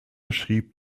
schrieb